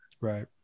Right